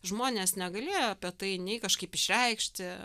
žmonės negalėjo apie tai nei kažkaip išreikšti